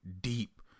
deep